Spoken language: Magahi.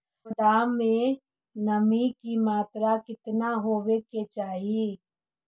गोदाम मे नमी की मात्रा कितना होबे के चाही?